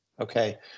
okay